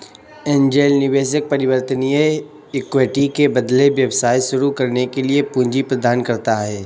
angel निवेशक परिवर्तनीय equity के बदले व्यवसाय शुरू करने के लिए पूंजी प्रदान करता है